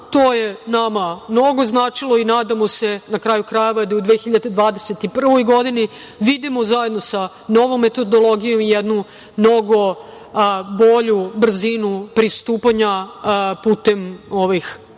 To je nama mnogo značilo i nadamo se, na kraju krajeva, da u 2021. godini vidimo zajedno sa novom metodologijom jednu mnogo bolju brzinu pristupanja putem ovih